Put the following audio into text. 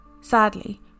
Sadly